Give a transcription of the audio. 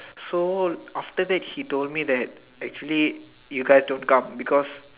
so after that he told me that actually you guys don't come because